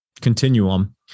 continuum